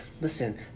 Listen